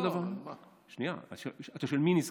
אתה שואל מי נזכר.